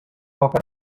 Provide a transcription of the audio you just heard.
oker